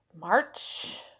March